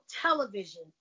television